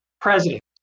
president